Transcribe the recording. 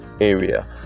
area